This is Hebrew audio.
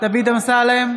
דוד אמסלם,